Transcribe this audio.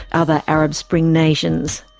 other arab spring nations.